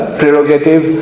prerogative